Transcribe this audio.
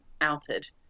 outed